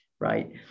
right